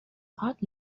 part